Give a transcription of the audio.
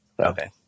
Okay